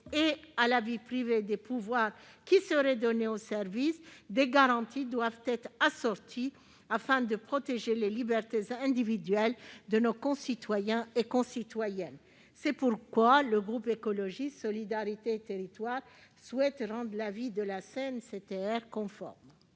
et à la vie privée des pouvoirs qui seraient donnés aux services, des garanties doivent être prévues, afin de protéger les libertés individuelles de nos concitoyens. C'est pourquoi le groupe Écologiste - Solidarité et Territoires souhaite rendre l'avis de la CNCTR conforme.